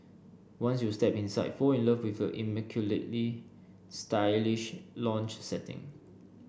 once you step inside fall in love with the immaculately stylish lounge setting